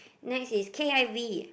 next is K_I_V